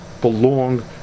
belong